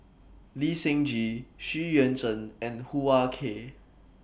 Lee Seng Gee Xu Yuan Zhen and Hoo Ah Kay